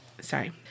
Sorry